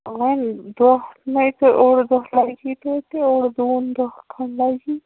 وۄنۍ دۄہ نۓ تہِ اوٚڈ دۄہ لگی توتہِ اوٚڈ دوٗن دۄہ کھنڈ لگی